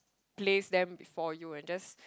place them before you and just